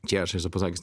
čia aš esu pasakęs